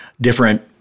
different